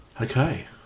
Okay